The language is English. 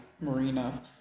Marina